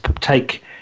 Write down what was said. take